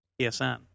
psn